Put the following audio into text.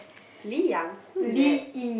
Lee Yang who's that